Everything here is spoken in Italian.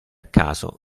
caso